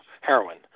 heroin